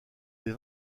des